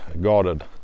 guarded